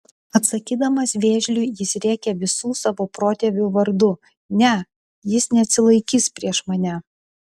atsakydamas vėžliui jis rėkia visų savo protėvių vardu ne jis neatsilaikys prieš mane